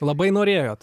labai norėjot